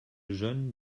jeunes